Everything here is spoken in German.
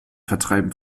vertreiben